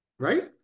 Right